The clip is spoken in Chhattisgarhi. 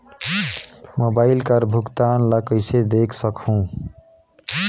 मोबाइल कर भुगतान ला कइसे देख सकहुं?